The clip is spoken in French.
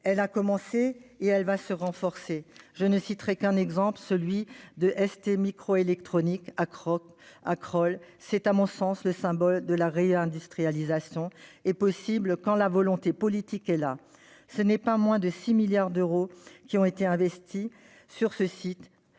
elle a commencé, elle doit être renforcée. Je ne citerai qu'un exemple, celui de STMicroelectronics à Crolles. C'est, à mon sens, le symbole que la réindustrialisation est possible quand la volonté politique est là. Ce ne sont en effet pas moins de 6 milliards d'euros qui ont été investis sur ce site,